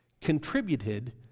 contributed